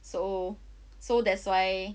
so so that's why